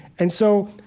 and so,